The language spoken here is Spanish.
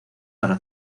para